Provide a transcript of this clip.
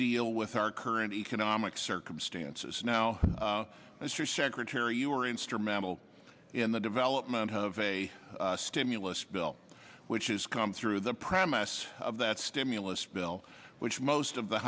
deal with our current economic circumstances now mr secretary you were instrumental in the development of a stimulus bill which has come through the premise of that stimulus bill which most of the